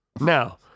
Now